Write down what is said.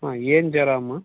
ಹಾಂ ಏನು ಜ್ವರ ಅಮ್ಮ